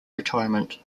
retirement